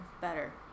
better